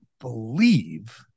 believe